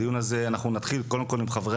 הדיון הזה אנחנו נתחיל קודם כל עם חברי